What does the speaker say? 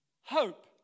Hope